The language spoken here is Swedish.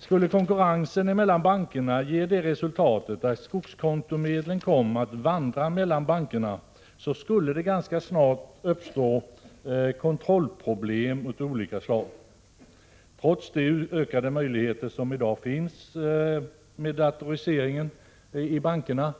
Skulle konkurrensen mellan bankerna ge det resultatet att skogskontomedlen kom att vandra mellan bankerna skulle det ganska snart uppstå kontrollproblem av olika slag. Trots de ökade möjligheter som i dag finns genom datoriseringen i bankerna